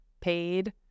paid